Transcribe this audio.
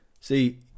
See